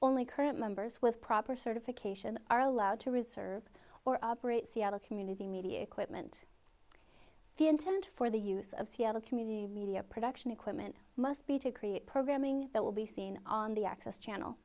only current members with proper certification are allowed to reserve or operate seattle community media equipment the intent for the use of seattle community media production equipment must be to create programming that will be seen on the access channel